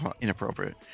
Inappropriate